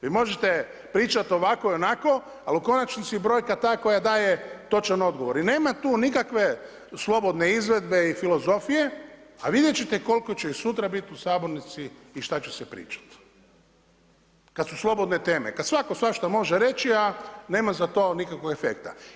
Vi možete pričati ovako i onako, ali u konačnici brojka je ta koja daje točan odgovor i nema tu nikakve slobodne izvedbe i filozofije, a vidjet ćete koliko će ih sutra biti u sabornici i što će se pričati kada su slobodne teme, kada svatko svašta može reći, a nema za to nikakvog efekta.